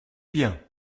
bien